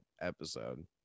episode